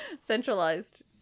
centralized